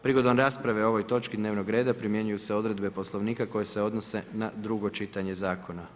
Prigodom rasprave o ovoj točci dnevnog reda primjenjuju se odredbe Poslovnika koje se odnose na drugo čitanje zakona.